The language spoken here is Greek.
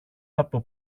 από